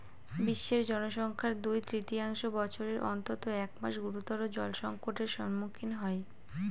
বিশ্বের জনসংখ্যার দুই তৃতীয়াংশ বছরের অন্তত এক মাস গুরুতর জলসংকটের সম্মুখীন হয়